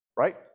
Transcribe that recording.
Right